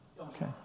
okay